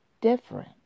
different